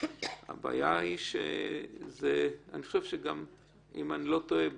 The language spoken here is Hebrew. אם אני לא טועה,